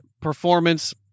performance